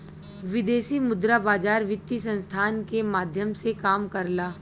विदेशी मुद्रा बाजार वित्तीय संस्थान के माध्यम से काम करला